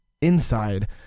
inside